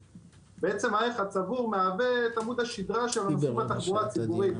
הערך הצבור מהווה את עמוד השדרה של הנוסעים בתחבורה ציבורית.